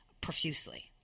profusely